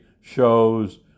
shows